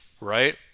right